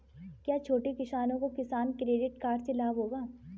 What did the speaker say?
क्या छोटे किसानों को किसान क्रेडिट कार्ड से लाभ होगा?